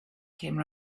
came